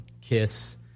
Kiss